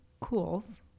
cools